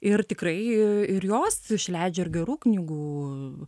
ir tikrai ir jos išleidžia ir gerų knygų